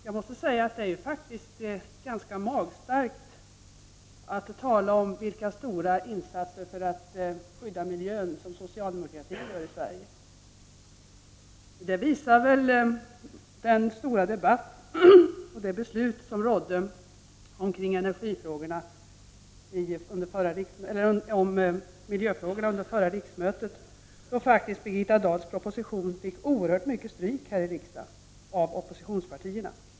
Jag tycker det är ganska magstarkt att tala om vilka stora insatser för att skydda miljön som socialdemokratin gör här i Sverige. Det visar väl den stora debatt som fördes om energifrågorna under förra riksmötet, då faktiskt Birgitta Dahls proposition fick oerhört mycket kritik här i riksdagen av oppositionspartierna.